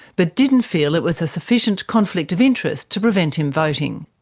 but didn't feel it was a sufficient conflict of interest to prevent him voting.